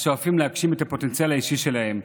ששואפים להגשים את הפוטנציאל האישי שלהם.